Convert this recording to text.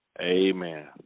Amen